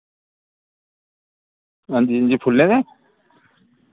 हां जी हां जी फुल्लें दे